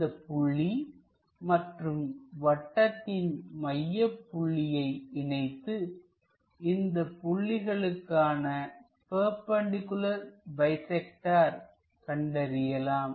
இந்தப் புள்ளி மற்றும் வட்டத்தின் மையப் புள்ளியை இணைத்து இந்த புள்ளிகளுக்கான பெர்பெண்டிகுலார் பைசெக்டர் கண்டறியலாம்